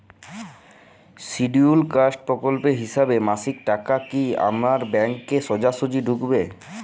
Scheduled caste প্রকল্পের হিসেবে মাসিক টাকা কি আমার ব্যাংকে সোজাসুজি ঢুকবে?